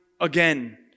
Again